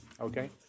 Okay